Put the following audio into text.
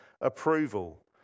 approval